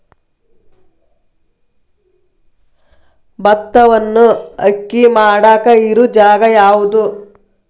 ಭತ್ತವನ್ನು ಅಕ್ಕಿ ಮಾಡಾಕ ಇರು ಜಾಗ ಯಾವುದು?